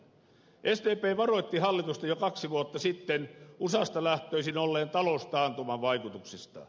sdp varoitti hallitusta jo kaksi vuotta sitten usasta lähtöisin olleen taloustaantuman vaikutuksista